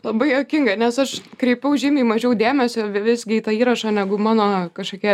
labai juokinga nes aš kreipiau žymiai mažiau dėmesio visgi į tą įrašą negu mano kažkokie